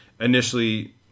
initially